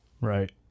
Right